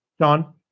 John